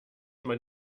man